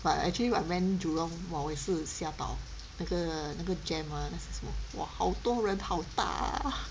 but actually when I went jurong !wah! 我也是吓到那个那个 JEM ah 那些什么哇好多人好大